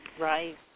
Right